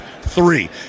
three